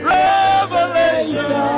revelation